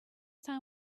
time